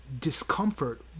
Discomfort